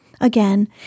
Again